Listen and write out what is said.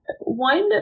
One